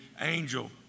angel